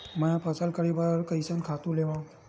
मैं ह फसल करे बर कइसन खातु लेवां?